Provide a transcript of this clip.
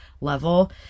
level